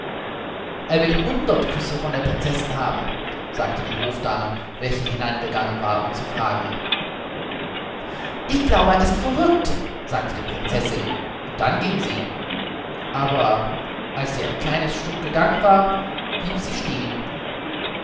er will hundert küsse von der prinzessin haben sagte die hofdame welche hineingegangen war um zu fragen ich glaube er ist verrückt sagte die prinzessin und dann ging sie aber als sie ein kleines stück gegangen war blieb sie stehen